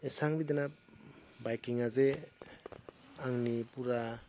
एसेबां बिदिनो बाइकिङा जे आंनि पुरा